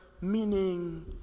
meaning